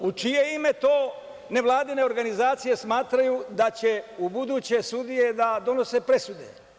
U čije ime to nevladine organizacije smatraju da će u buduće sudije da donose presude?